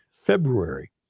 February